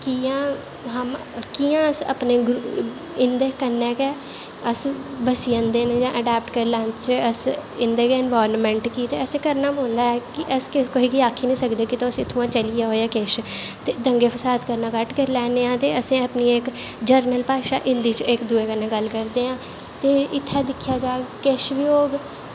कि'यां अस अपनें इंदे कन्नै गै अस बस्सी जंदे न जां कियां अडाप्ट करी लैच्चै इँदे गै इंनवाइरमैंट गी ते असैं करनां पौदा ऐ ते अस कुसेगी आक्खी नी सकदे कि तुस चली जाओ जां किश ते दंगे फसाद घट्ट करी लैन्नें आं ते अस इक जर्नस भाशा हिन्दी च गल्ल करदे आं ते इत्थें दिक्खेआ जाह्ग किश बी होग